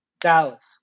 Dallas